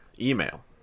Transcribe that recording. email